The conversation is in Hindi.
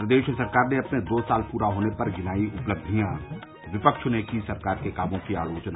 प्रदेश सरकार ने अपने दो साल पूरा होने पर गिनायी उपलब्धियां विपक्ष ने की सरकार के कामों की आलोचना